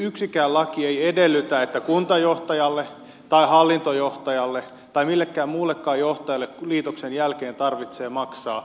yksikään laki ei edellytä että kuntajohtajalle tai hallintojohtajalle tai millekään muullekaan johtajalle liitoksen jälkeen tarvitsee maksaa johtajan palkkaa